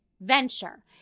venture